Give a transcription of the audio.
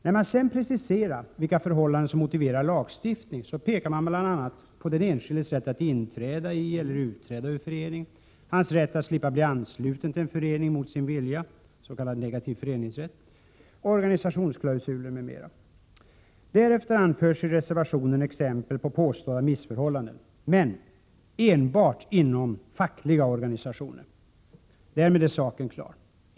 När man sedan preciserar vilka förhållanden som motiverar lagstiftning, pekar man bl.a. på den enskildes rätt att inträda i eller utträda ur en förening, hans rätt att slippa bli ansluten till en förening mot sin vilja, s.k. negativ föreningsrätt, organisationsklausuler m.m. Därefter anförs i reservationen exempel på påstådda missförhållanden, men enbart inom fackliga organisationer. Därmed är saken klar.